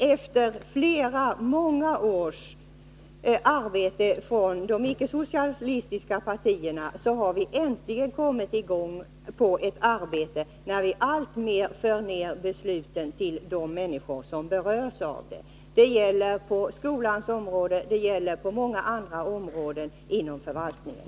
Efter många års arbete av de icke-socialistiska partierna har vi nu äntligen kommit i gång med arbetet på att alltmer föra ned besluten till de människor som berörs av dem. Det gäller skolans område och många andra områden inom förvaltningen.